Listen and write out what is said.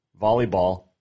volleyball